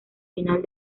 final